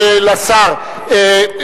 חברת הכנסת אדטו, בבקשה.